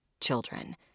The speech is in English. Children